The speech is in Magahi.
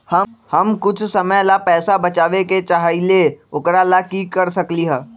हम कुछ समय ला पैसा बचाबे के चाहईले ओकरा ला की कर सकली ह?